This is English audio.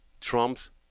Trump's